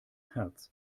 herz